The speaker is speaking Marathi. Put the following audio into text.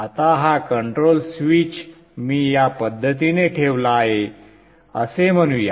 आता हा कंट्रोल स्विच मी या पद्धतीने ठेवला आहे असे म्हणूया